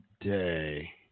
day